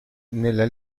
nella